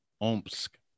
Omsk